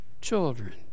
children